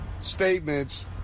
statements